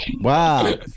Wow